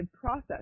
process